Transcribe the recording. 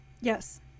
Yes